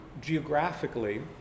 geographically